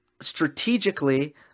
strategically